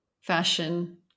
fashion